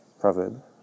proverb